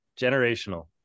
generational